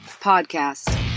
podcast